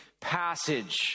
passage